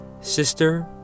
Sister